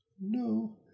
no